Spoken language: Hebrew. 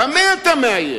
במה אתה מאיים?